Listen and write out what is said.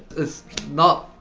it's not,